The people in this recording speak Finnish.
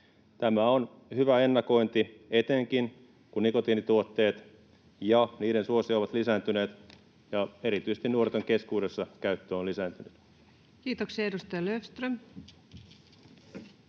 Tämä on hyvä ennakointi, etenkin kun nikotiinituotteet ja niiden suosio ovat lisääntyneet ja erityisesti nuorten keskuudessa käyttö on lisääntynyt. [Speech 195]